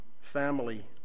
family